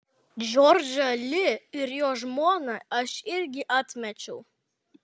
džordžą li ir jo žmoną aš irgi atmečiau